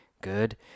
good